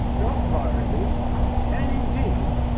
dos viruses can indeed,